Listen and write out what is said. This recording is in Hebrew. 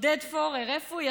עודד פורר, איפה הוא?